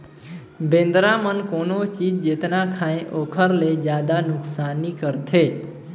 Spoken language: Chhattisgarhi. बेंदरा मन कोनो चीज जेतना खायें ओखर ले जादा नुकसानी करथे